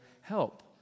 help